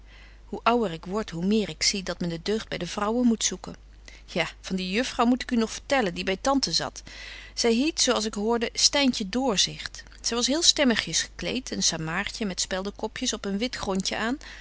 hoe ouwer ik word hoe meer ik zie dat men de deugd by de vrouwen moet zoeken ja van die juffrouw moest ik u nu nog vertellen die by tante zat zy hiet zo als ik hoorde styntje doorzicht zy was heel stemmigjes gekleet een samaartje met speldenkopjes op een wit grondje aan